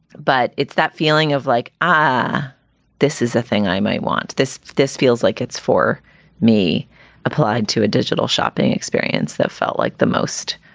but it's that feeling of like this is a thing. i might want this. this feels like it's for me applied to a digital shopping experience that felt like the most.